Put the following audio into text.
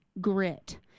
grit